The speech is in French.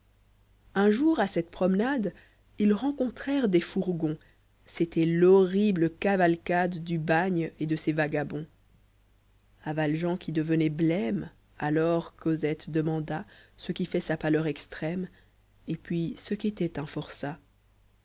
un jour à cette promenade ils rencontrèrent des fourgons c'était l'horrible cavalcade du bagne et de ses vagabonds a valjean qui devenait blême alors cosette demanda ce qui fait sa pâleur extrême et puis ce qu'était un forçat